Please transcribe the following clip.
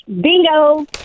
Bingo